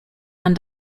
man